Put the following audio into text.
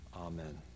Amen